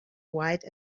white